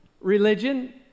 religion